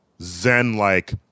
Zen-like